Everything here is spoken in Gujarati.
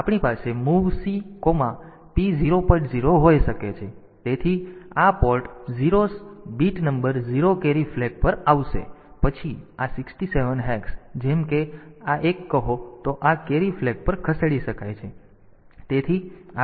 તેથી આ port 0s bit number 0 carry flag પર આવશે પછી આ 67 હેક્સ જેમ કે આ એક કહો તો આ કેરી ફ્લેગ પર ખસેડી શકાય છે